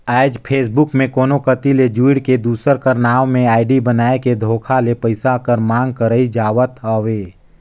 आएज फेसबुक में कोनो कती ले जुइड़ के, दूसर कर नांव में आईडी बनाए के धोखा ले पइसा कर मांग करई जावत हवे